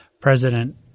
President